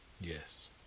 Yes